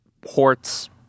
ports